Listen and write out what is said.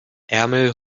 ärmel